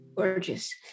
gorgeous